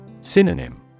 Synonym